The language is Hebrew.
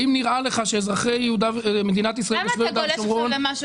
האם נראה לך שאזרחי מדינת ישראל תושבי יהודה ושומרון,